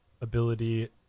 ability